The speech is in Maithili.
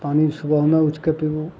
पानि सुबहमे उठिके पीबू